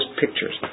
pictures